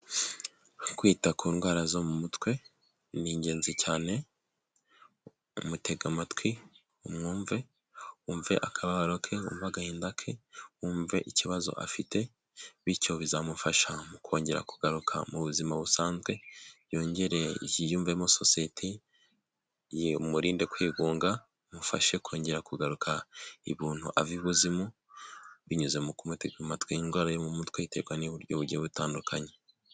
Kwita ku ndwara zo mu mutwe ni ingenzi cyane, umutega amatwi ,umwumve wumve akababaro ke, wumve agahinda ke wumve ikibazo afite, bityo bizamufasha mu kongera kugaruka mu buzima busanzwe, yongere yiyumvemo sosiyete ye umurinde kwigunga umufashe kongera kugaruka ibuntu ava ibuzimu ,binyuze mu kumutega amatwi indwara yo mu mutwe iterwa n'uburyo bugiye butandukanye.